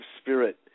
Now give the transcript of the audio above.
spirit